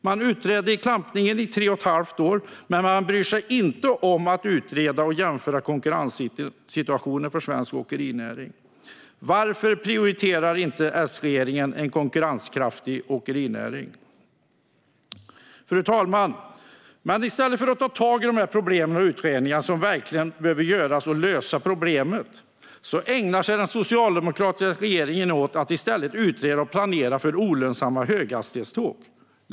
Man utredde klampningen i tre och ett halvt år, men man bryr sig inte om att utreda och jämföra konkurrenssituationen för svensk åkerinäring. Varför prioriterar inte S-regeringen en konkurrenskraftig åkerinäring? Fru talman! I stället för att ta tag i problemen och göra de utredningar som verkligen behöver göras för att lösa problemen ägnar sig den socialdemokratiska regeringen åt att utreda och planera för olönsamma höghastighetståg.